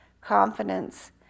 confidence